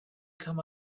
come